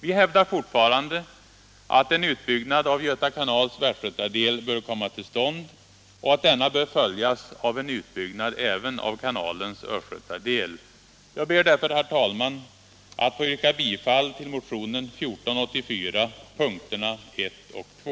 Vi hävdar fortfarande att en utbyggnad av Göta kanals västgötadel bör komma till stånd och att denna bör följas av en utbyggnad även av kanalens östgötadel. Jag ber därför, herr talman, att få yrka bifall till motionen 1484 punkterna 1 och 2.